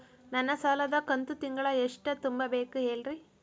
ನನ್ನ ಸಾಲದ ಕಂತು ತಿಂಗಳ ಎಷ್ಟ ತುಂಬಬೇಕು ಹೇಳ್ರಿ?